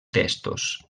testos